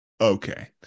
okay